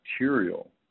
material